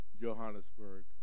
Johannesburg